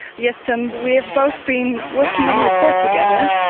yes tom, we have both been working on a report together,